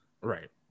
Right